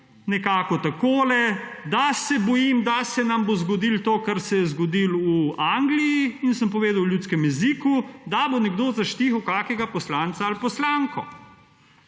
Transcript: nekako takole, da se bojim, da se nam bo zgodilo to, kar se je zgodilo v Angliji. In sem povedal v ljudskem jezik, da bo nekdo zaštihal kakega poslanca ali poslanko.